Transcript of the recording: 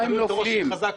זה מה שראש הרשות אמר.